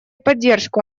поддержку